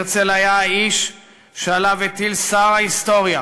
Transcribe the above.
הרצל היה האיש שעליו הטיל שר ההיסטוריה